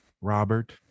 Robert